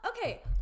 okay